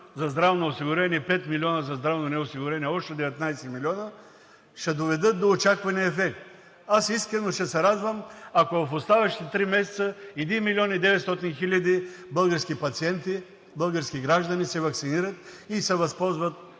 за здравноосигурени и 5 милиона за здравно неосигурени – общо 19 милиона, ще доведат до очаквания ефект? Искам и ще се радвам, ако в оставащите три месеца 1 милион 900 хиляди български пациенти, български граждани, се ваксинират и българските